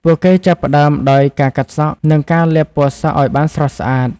ពួកគេចាប់ផ្ដើមដោយ ការកាត់សក់ និង ការលាបពណ៌សក់ ឱ្យបានស្រស់ស្អាត។